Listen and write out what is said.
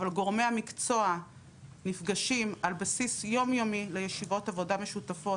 אבל גורמי המקצוע נפגשים על בסיס יומיומי לישיבות עבודה משותפות,